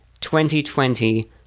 2020